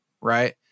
right